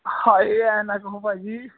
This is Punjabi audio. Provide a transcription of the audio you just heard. ਹਾਏ ਐਂ ਨਾ ਕਹੋ ਭਾਜੀ